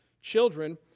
Children